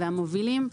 והמובילים,